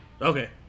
okay